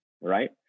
right